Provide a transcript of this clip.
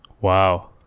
Wow